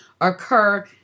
occur